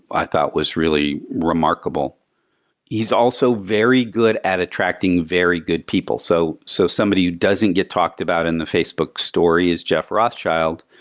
i thought was really remarkable he's also very good at attracting very good people. so so somebody who doesn't get talked about in the facebook story is jeff rothschild,